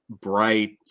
bright